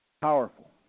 powerful